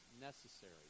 necessary